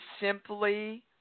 simply